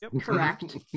correct